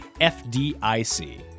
FDIC